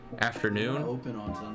afternoon